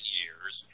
years